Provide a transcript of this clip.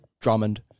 Drummond